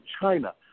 China